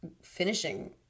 finishing